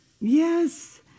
Yes